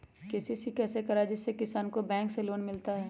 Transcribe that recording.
KCC कैसे कराये जिसमे किसान को बैंक से लोन मिलता है?